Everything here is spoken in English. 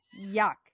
Yuck